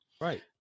right